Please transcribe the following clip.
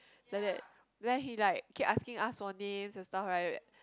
like that then he like keep asking us for name and stuff like that